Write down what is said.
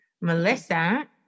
Melissa